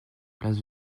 place